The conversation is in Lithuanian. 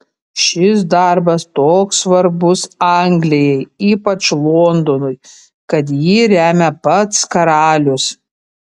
šis darbas toks svarbus anglijai ypač londonui kad jį remia pats karalius